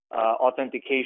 authentication